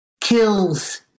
kills